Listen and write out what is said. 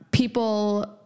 people